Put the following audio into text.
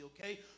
Okay